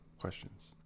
questions